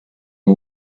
and